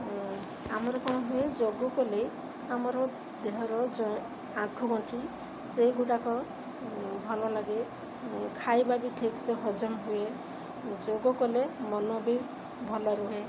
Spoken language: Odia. ଆମର କଣ ହୁଏ ଯୋଗ କଲେ ଆମର ଦେହର ଆଣ୍ଠୁ ଗଣ୍ଠି ସେଇଗୁଡ଼ାକ ଭଲ ଲାଗେ ଖାଇବା ବି ଠିକସେ ହଜମ ହୁଏ ଯୋଗ କଲେ ମନ ବି ଭଲ ରୁହେ